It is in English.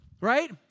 Right